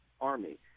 army